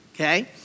okay